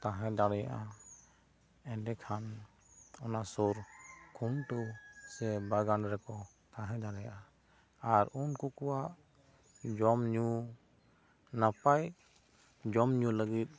ᱛᱟᱦᱮᱸ ᱫᱟᱲᱮᱭᱟᱜ ᱟ ᱮᱸᱰᱮ ᱠᱷᱟᱱ ᱚᱱᱟ ᱥᱩᱨ ᱠᱷᱩᱸᱱᱴᱩ ᱥᱮ ᱵᱟᱜᱟᱱ ᱨᱮ ᱠᱚ ᱛᱟᱦᱮᱸ ᱫᱟᱲᱮᱭᱟᱜ ᱟ ᱟᱨ ᱩᱱᱠᱩ ᱠᱚᱣᱟᱜ ᱡᱚᱢ ᱧᱩ ᱱᱟᱯᱟᱭ ᱡᱚᱢ ᱧᱩ ᱞᱟᱹᱜᱤᱫ